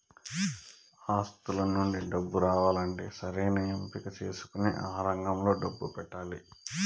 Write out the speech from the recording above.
ఆస్తుల నుండి డబ్బు రావాలంటే సరైన ఎంపిక చేసుకొని ఆ రంగంలో డబ్బు పెట్టాలి